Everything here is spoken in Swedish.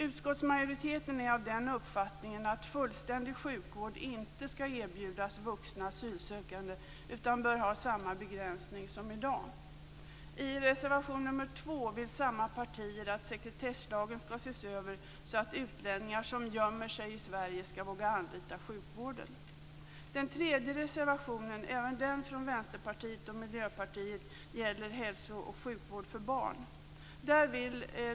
Utskottsmajoriteten har den uppfattningen att fullständig sjukvård inte skall erbjudas vuxna asylsökande, utan samma begränsning som i dag bör gälla. I reservation nr 2 vill samma partier att sekretessslagen skall ses över så, att utlänningar som gömmer sig i Sverige skall våga anlita sjukvården. Den tredje reservationen, även den från Vänsterpartiet och Miljöpartiet, gäller hälso och sjukvård för barn.